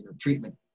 treatment